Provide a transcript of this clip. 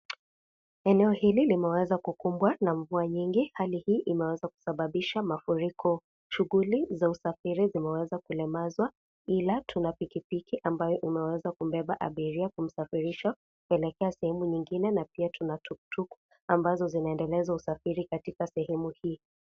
Eneo hili limeweza kukumbwa na mvua nyingi, hali hii imeweza kusababisha mafuriko. Shughuli za usafiri zimeweza kulemazwa ila tuna pikipiki ambayo umeweza kubeba abiria na kumsafirisha kuelekea sehemu nyingine na pia tuna tuktuk ambazo zinaendeleza usafiri katika sehemu hii.